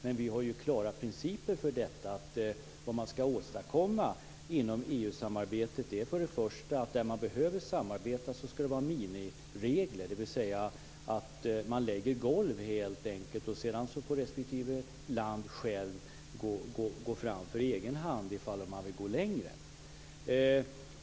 Men vi har klara principer för vad man skall åstadkomma inom EU-samarbetet. För det första skall det finnas minimiregler för hur man skall samarbeta. Man lägger helt enkelt ett golv, och sedan får respektive land självt gå fram på egen hand om de vill gå längre.